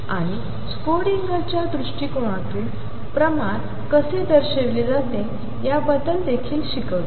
आणि स्क्रोडिंगरच्या दृष्टिकोनातून प्रमाण कसे दर्शविले जाते याबद्दल देखील शिकवते